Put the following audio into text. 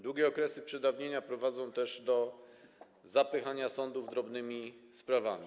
Długie okresy przedawnienia prowadzą też do zapychania sądów drobnymi sprawami.